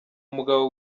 mugabo